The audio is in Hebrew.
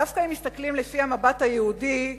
דווקא אם מסתכלים לפי המבט היהודי,